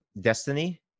Destiny